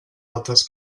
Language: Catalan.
altres